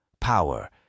power